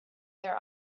their